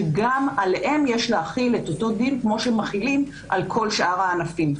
שגם עליהם יש להחיל את אותו דיל כמו שמחילים על כל שאר הענפים.